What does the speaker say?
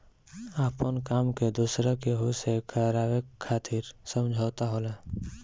आपना काम के दोसरा केहू से करावे खातिर समझौता होला